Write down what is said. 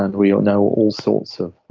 and we all know all sorts of.